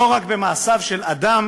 לא רק במעשיו של אדם,